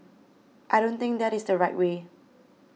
I don't think that is the right way